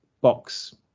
box